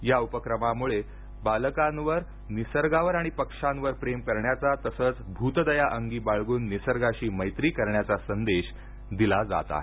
या उपक्रमामुळे बालकांवर निसर्गावर आणि पक्ष्यांवर प्रेम करण्याचा तसंच भूतदया अंगी बाळगून निसर्गाशी मैत्री करण्याचा संदेश दिला जात आहे